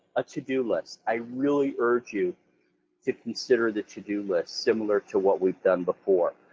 a to do list, i really urge you to consider the to do list, similar to what we've done before,